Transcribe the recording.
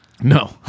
No